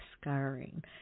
scarring